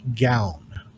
gown